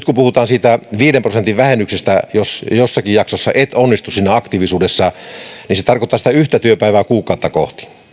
kun puhutaan siitä viiden prosentin vähennyksestä jos jossakin jaksossa et onnistu siinä aktiivisuudessa niin tämähän tarkoittaa yhtä työpäivää kuukautta kohti